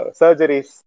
surgeries